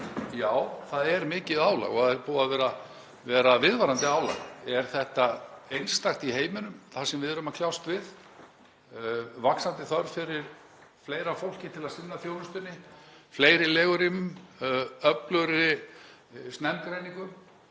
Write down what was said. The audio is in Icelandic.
Já, það er mikið álag og er búið að vera viðvarandi álag. Er þetta einstakt í heiminum, það sem við erum að kljást við, vaxandi þörf fyrir fleira fólk til að sinna þjónustunni, fleiri legurými, öflugri snemmgreiningar?